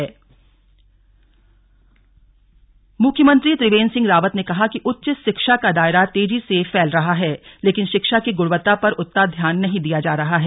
slug Gyankumbh मुख्यमंत्री त्रिवेंद्र सिंह रावत ने कहा कि आज उच्च शिक्षा का दायरा तेजी से फैल रहा है लेकिन शिक्षा की गुणवत्ता पर उतना ध्यान नहीं दिया जा रहा है